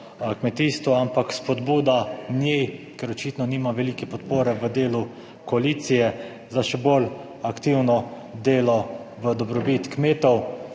kmetijstvo, ampak spodbuda njej, ker očitno nima velike podpore v delu koalicije, za še bolj aktivno delo v dobrobit kmetov.